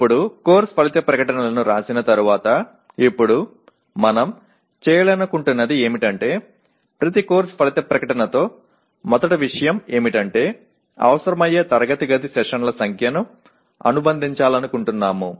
ఇప్పుడు కోర్సు ఫలిత ప్రకటనలను వ్రాసిన తరువాత ఇప్పుడు మనం చేయాలనుకుంటున్నది ఏమిటంటే ప్రతి కోర్సు ఫలిత ప్రకటనతో మొదటి విషయం ఏమిటంటే అవసరమయ్యే తరగతి గది సెషన్ల సంఖ్యను అనుబంధించాలనుకుంటున్నాము